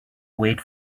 wait